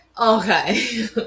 Okay